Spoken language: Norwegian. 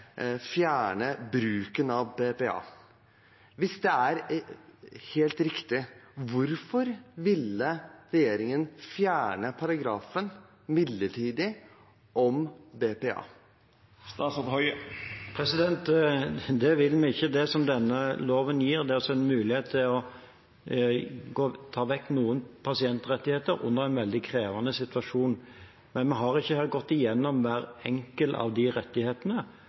fjerne bruken av BPA. Hvis det er helt riktig, hvorfor ville regjeringen fjerne paragrafen om BPA midlertidig? Det vil vi ikke. Det denne loven gir, er en mulighet til å ta vekk noen pasientrettigheter i en veldig krevende situasjon. Men vi har ikke gått igjennom hver enkelt av de rettighetene,